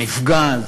המפגע הזה,